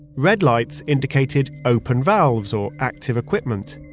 red lights indicated open valves or active equipment.